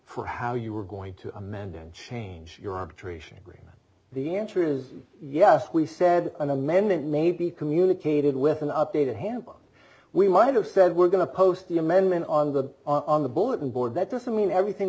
for how you were going to amend and change your arbitration agreement the answer is yes we said an amendment may be communicated with an updated hand but we might have said we're going to post the amendment on the on the bulletin board that doesn't mean everything